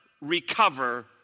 recover